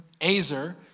azer